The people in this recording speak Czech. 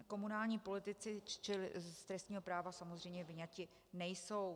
Komunální politici z trestního práva samozřejmě vyňati nejsou.